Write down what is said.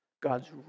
God's